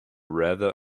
rather